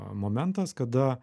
momentas kada